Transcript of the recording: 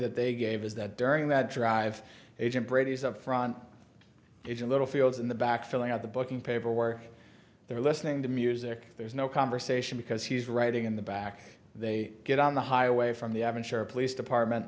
that they gave is that during that drive agent brady's up front it's a little fields in the back filling out the booking paperwork there listening to music there's no conversation because he's writing in the back they get on the highway from the aventura police department